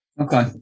Okay